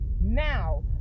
now